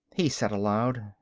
he said aloud.